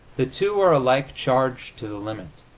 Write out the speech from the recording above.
the two are alike charged to the limit